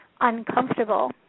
uncomfortable